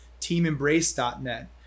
teamembrace.net